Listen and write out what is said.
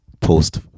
post